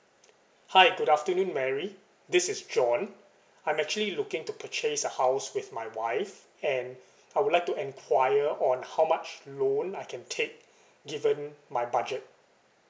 hi good afternoon mary this is john I'm actually looking to purchase a house with my wife and I would like to enquire on how much loan I can take given my budget